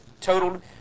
totaled